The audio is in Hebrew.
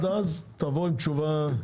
תבואו עם תשובה.